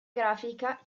grafica